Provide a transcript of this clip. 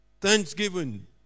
thanksgiving